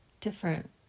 different